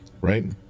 right